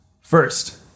First